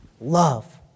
Love